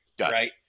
Right